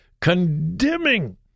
condemning